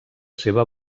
seva